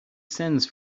sends